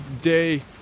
day